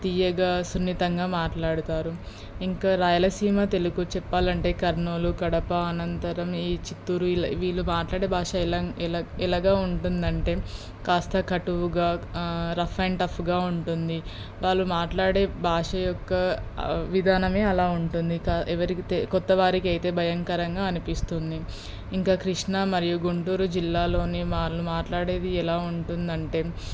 తియ్యగా సున్నితంగా మాట్లాడుతారు ఇంకా రాయలసీమ తెలుగు చెప్పాలంటే కర్నూలు కడప అనంతరం ఈ చిత్తూరు ఈళ్ళ వీళ్ళు మాట్లాడే బాష ఎలాగా ఉంటుందంటే కాస్త కటువుగా రఫ్ అండ్ టఫ్గా ఉంటుంది వాళ్ళు మాట్లాడే భాష యొక్క విధానమే అలా ఉంటుంది కా ఎవరికి తె కొత్తవారికి అయితే భయంకరంగా అనిపిస్తుంది ఇంకా కృష్ణ మరియు గుంటూరు జిల్లాలోని వాళ్ళు మాట్లాడేది ఎలా ఉంటుందంటే